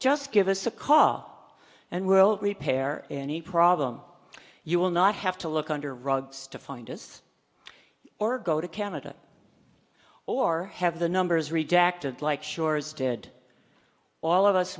just give us a call and we'll prepare any problem you will not have to look under rugs to find us or go to canada or have the numbers redacted like shores did all of us